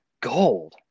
gold